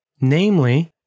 Namely